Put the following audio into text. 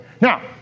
Now